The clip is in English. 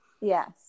Yes